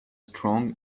strong